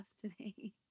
today